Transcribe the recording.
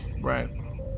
Right